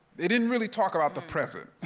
they didn't really talk about the present,